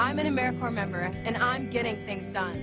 i'm an american member and i'm getting things done